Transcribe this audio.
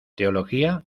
teología